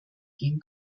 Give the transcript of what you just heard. gehen